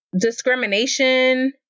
discrimination